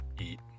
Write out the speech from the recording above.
eat